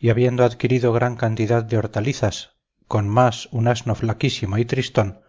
y habiendo adquirido gran cantidad de hortalizas con más un asno flaquísimo y tristón